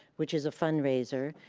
which is a fundraiser,